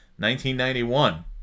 1991